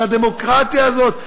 של הדמוקרטיה הזאת,